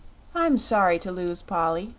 i'm sorry to lose polly,